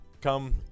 come